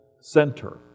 center